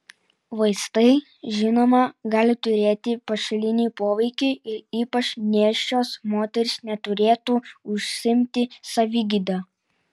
vaistai žinoma gali turėti pašalinį poveikį ir ypač nėščios moterys neturėtų užsiimti savigyda